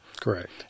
Correct